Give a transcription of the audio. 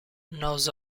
knows